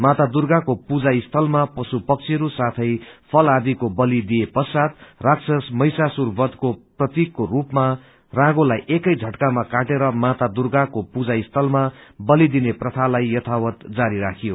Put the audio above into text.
माता दुर्गाको पूजा स्थलामा ष्णू मक्षीहरू साथै फल आदिको बली दिए प्रचात राक्षस महिषासुर वधको प्रतिकको रूपमा रागोलाई एकै झटकामा काटेर माता दुर्गाको पूजा स्थलमा बली दिने प्रथालाई यथावत जारी राखियो